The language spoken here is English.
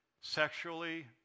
sexually